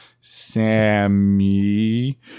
Sammy